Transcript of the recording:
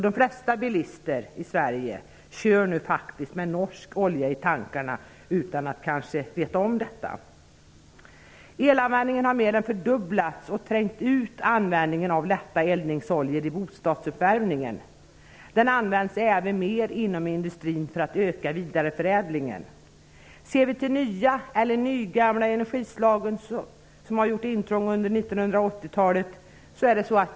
De flesta bilister i Sverige kör nu faktiskt med norsk olja i tanken -- kanske utan att veta om det. Elanvändningen har mer än fördubblats och trängt ut användningen av lätta eldningsoljor i bostadsuppvärmningen. Elenergi används även mer inom industrin för att öka vidareförädlingen. Under 80-talet har nya, eller nygamla, energislag gjort sitt intåg.